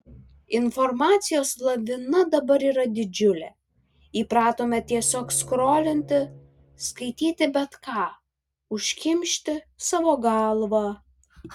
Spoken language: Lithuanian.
informacijos lavina dabar yra didžiulė įpratome tiesiog skrolinti skaityti bet ką užkimšti savo galvą